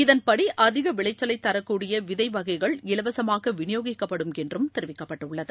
இதன்படி அதிக விளைச்சலைத் தரக் கூடிய விதை வகைகள் இலவசமாக விநியோகிக்கப்படும் என்று தெரிவிக்கப்பட்டுள்ளது